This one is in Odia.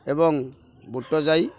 ଏବଂ ବୁଟଜାଇ